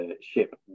ship